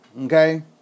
Okay